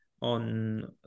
on